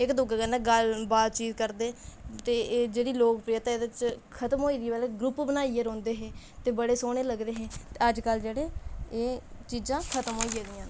इक दूए कन्नै गल्ल बातचीत करदे ते एह् जेह्ड़ी लोकप्रियता एह्दे च खतम होई गेदी पैह्लें ग्रुप बनाइयै रौंह्दे हे ते बड़े सोह्ने लगदे हे ते अज्जकल जेह्ड़े एह् चीज़ां खतम होई गेदियां न